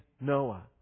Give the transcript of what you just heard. Noah